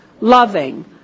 loving